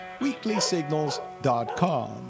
weeklysignals.com